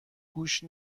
گوش